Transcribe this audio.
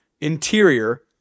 interior